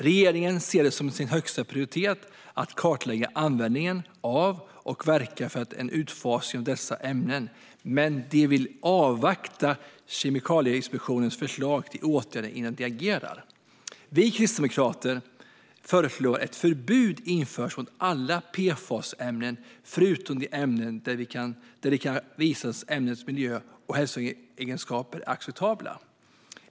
Regeringen ser det som sin högsta prioritet att kartlägga användningen och verka för en utfasning av dessa ämnen, men de vill avvakta Kemikalieinspektionens förslag till åtgärder innan de agerar. Vi kristdemokrater föreslår att ett förbud ska införas mot alla PFAS-ämnen, förutom de ämnen där det kan visas att miljö och hälsoegenskaperna är acceptabla.